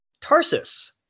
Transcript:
tarsus